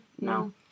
No